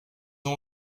ont